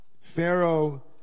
Pharaoh